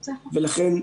ולכן,